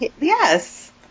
Yes